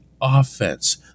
offense